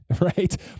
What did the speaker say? right